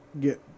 get